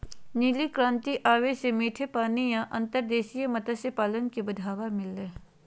नीली क्रांति आवे से मीठे पानी या अंतर्देशीय मत्स्य पालन के बढ़ावा मिल लय हय